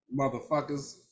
motherfuckers